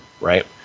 right